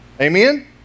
Amen